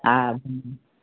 हा हा हा